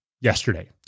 yesterday